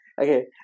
okay